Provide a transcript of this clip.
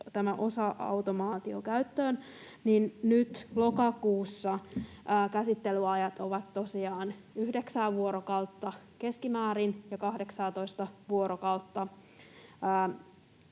tämä osa-automaatio käyttöön, niin nyt lokakuussa käsittelyajat ovat tosiaan yhdeksää vuorokautta keskimäärin ja 18:a vuorokautta.